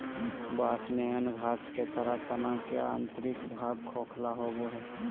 बाँस में अन्य घास के तरह तना के आंतरिक भाग खोखला होबो हइ